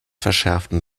verschärften